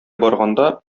барганда